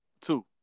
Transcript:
Two